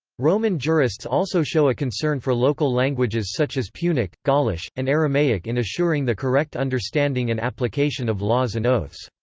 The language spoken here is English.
roman jurists also show a concern for local languages such as punic, gaulish, and aramaic in assuring the correct understanding and application of laws and oaths.